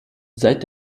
seit